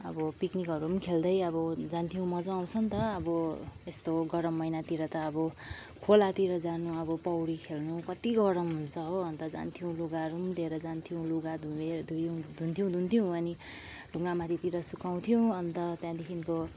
अब पिकनिकहरू पनि खेल्दै अब जान्थ्यौँ मजा आउँछ नि त अब यस्तो गरम महिनातिर त अब खोलातिर जानु अब पौडी खेल्नु कत्ति गरम हुन्छ हो अन्त जान्थ्यौँ लुगाहरू पनि लिएर जान्थ्यौँ लुगा धुन्थ्यौँ धुन्थ्यौँ अनि ढुङ्गामाथितिर सुकाउँथ्यौँ अन्त त्याँदेखिको